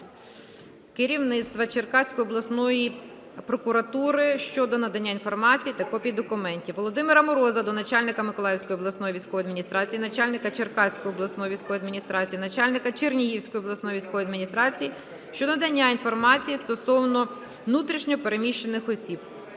керівництва Черкаської обласної прокуратури щодо надання інформації та копій документів. Володимира Мороза до начальника Миколаївської обласної військової адміністрації, начальника Черкаської обласної військової адміністрації, начальника Чернігівської обласної військової адміністрації щодо надання інформації стосовно внутрішньо переміщених осіб.